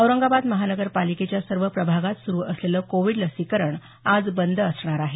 औरंगाबाद महानगर पालिकेच्या सर्व प्रभागात सुरू असलेलं कोविड लसीकरण आज बंद असणार आहे